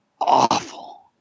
Awful